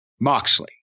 Moxley